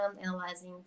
analyzing